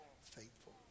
faithful